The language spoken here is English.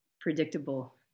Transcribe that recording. predictable